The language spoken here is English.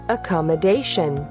Accommodation